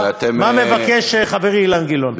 מה מבקש חברי אילן גילאון?